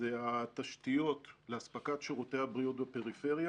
התשתיות לאספקת שירותי הבריאות לפריפריה